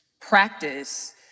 practice